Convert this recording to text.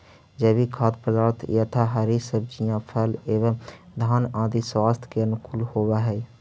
जैविक खाद्य पदार्थ यथा हरी सब्जियां फल एवं धान्य आदि स्वास्थ्य के अनुकूल होव हई